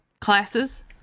classes